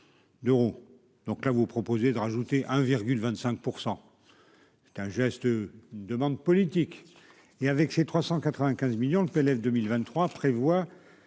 d'euros, donc là, vous proposez de rajouter 1 virgule 25 %, c'est un geste demande politique et avec ses 395 millions le PLF 2023 prévoit